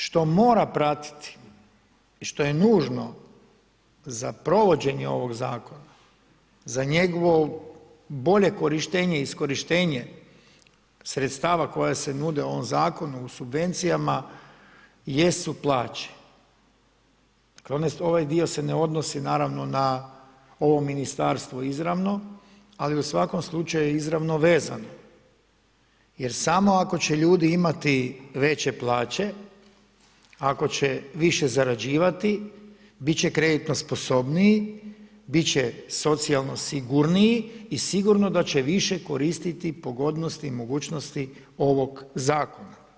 Ono što mora pratiti i što je nužno za provođenje ovog zakona, za njegovo bolje korištenje i iskorištenje sredstava koja se nude u ovom zakonu o subvencijama jesu plaće, ovaj dio se ne odnosi naravno na ovo ministarstvo izravno, ali u svakom slučaju je izravno vezano jer samo ako će ljudi imati veće plaće, ako će više zarađivati bit će kreditno sposobniji, bit će socijalno sigurniji i sigurno da će više koristiti pogodnosti i mogućnosti ovog zakona.